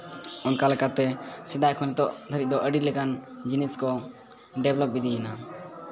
ᱚᱱᱠᱟ ᱞᱮᱠᱟᱛᱮ ᱥᱮᱫᱟᱭ ᱠᱷᱚᱱ ᱫᱚ ᱱᱤᱛᱳᱜ ᱫᱷᱟᱹᱨᱤᱡᱽ ᱫᱚ ᱟᱹᱰᱤ ᱞᱮᱠᱟᱱ ᱡᱤᱱᱤᱥ ᱠᱚ ᱰᱮᱵᱷᱞᱚᱯ ᱤᱫᱤᱭᱮᱱᱟ